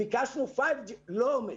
ביקשנו 5G לא עומד.